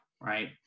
Right